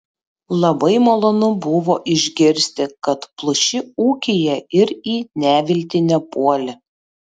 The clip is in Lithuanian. labai malonu buvo išgirsti kad pluši ūkyje ir į neviltį nepuoli